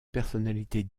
personnalités